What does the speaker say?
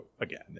again